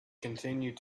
continued